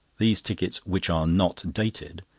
these tickets, which are not dated,